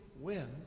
wind